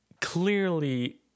clearly